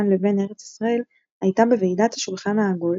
לבין ארץ ישראל הייתה בוועידת השולחן העגול,